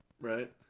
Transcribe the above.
right